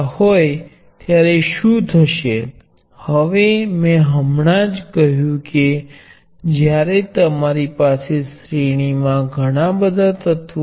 એકવાર તમારી પાસે હશે પછી એ ખ્યાલ વધુ ને વધુ જટિલ બનશે તમે હજી પણ તે બધાને સાબિત કરી શકશો અને ખ્યાલો ઉપર ખરેખર નિપુણતા પ્રાપ્ત કરી શકશો